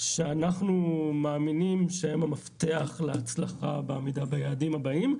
שאנחנו מאמינים שהם המפתח להצלחה בעמידה ביעדים הבאים.